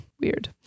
weird